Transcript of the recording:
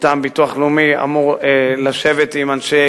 מטעם הביטוח הלאומי אמור לשבת עם אנשי